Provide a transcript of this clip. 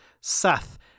Seth